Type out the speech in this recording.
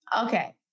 Okay